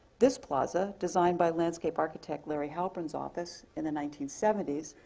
this plaza, designed by landscape architect larry halpin's office in the nineteen seventy s,